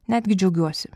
netgi džiaugiuosi